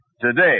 Today